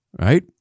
Right